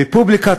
רפובליקת